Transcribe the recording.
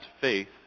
faith